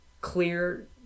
clear